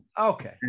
Okay